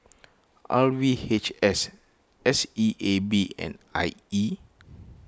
R V H S S E A B and I E